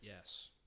Yes